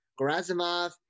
Gorazimov